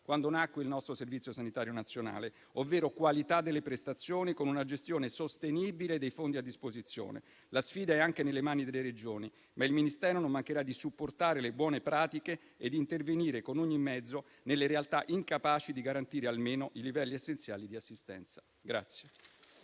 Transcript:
quando nacque il nostro Servizio sanitario nazionale, ovvero qualità delle prestazioni, con una gestione sostenibile dei fondi a disposizione. La sfida è anche nelle mani delle Regioni, ma il Ministero non mancherà di supportare le buone pratiche e di intervenire con ogni mezzo nelle realtà incapaci di garantire almeno i livelli essenziali di assistenza.